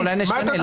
אולי נשנה.